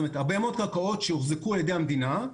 הרבה מאוד קרקעות שהוחזקו על ידי המדינה,